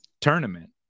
tournament